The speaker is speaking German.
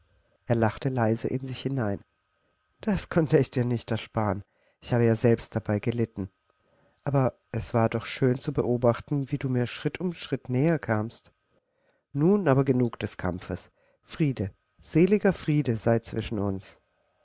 er lachte leise in sich hinein das konnte ich dir nicht ersparen ich habe ja selbst dabei gelitten aber es war doch schön zu beobachten wie du mir schritt um schritt näher kamst nun aber genug des kampfes friede seliger friede sei zwischen uns